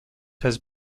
has